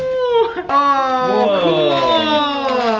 oh